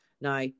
now